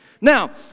Now